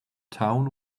town